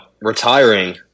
retiring